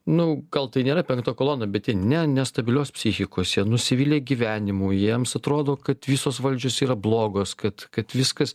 nu gal tai nėra penkta kolona bet jie ne nestabilios psichikos jie nusivylė gyvenimu jiems atrodo kad visos valdžios yra blogos kad kad viskas